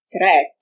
threat